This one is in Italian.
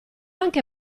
anche